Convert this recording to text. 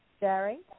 Jerry